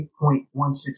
$8.16